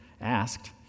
asked